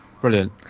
brilliant